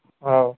ہاں